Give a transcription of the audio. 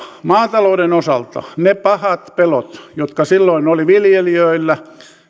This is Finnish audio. maatalouden osalta ne pahat pelot olivat silloin viljelijöillä